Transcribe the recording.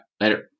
Later